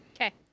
Okay